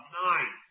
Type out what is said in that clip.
nine